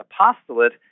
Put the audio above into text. apostolate